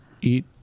eat